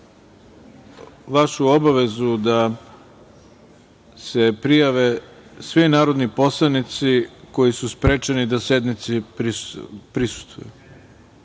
vašu obavezu da se prijave svi narodni poslanici koji su sprečeni da sednici prisustvuju,